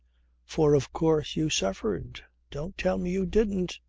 for of course you suffered. don't tell me you didn't?